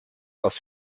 aus